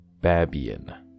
Babian